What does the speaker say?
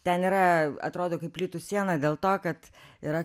ten yra atrodo kaip plytų siena dėl to kad yra